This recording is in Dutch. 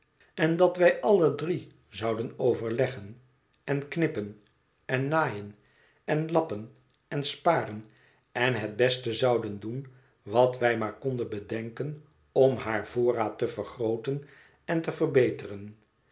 en dat wij alle drie zouden overleggen en knippen en naaien en lappen en sparen en het beste zouden doen wat wij ihaar konden bedenken om haar voorraad te vergrooten en te verbeteren